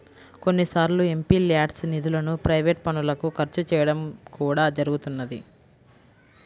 కొన్నిసార్లు ఎంపీల్యాడ్స్ నిధులను ప్రైవేట్ పనులకు ఖర్చు చేయడం కూడా జరుగుతున్నది